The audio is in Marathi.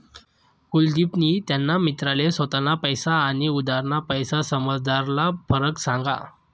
कुलदिपनी त्याना मित्रले स्वताना पैसा आनी उधारना पैसासमझारला फरक सांगा